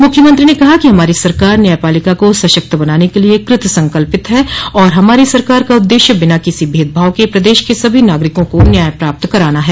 मुख्यमंत्री ने कहा कि हमारी सरकार न्यायपालिका को सशक्त बनाने के लिए कृत संकल्पित है और हमारी सरकार का उद्देश्य बिना किसी भेदभाव के प्रदेश के सभी नागरिकों को न्याय प्राप्त कराना है